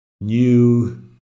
new